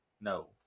no